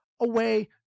away